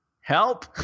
help